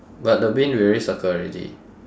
but the bin we already circle already